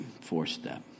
four-step